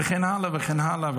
וכן הלאה וכן הלאה.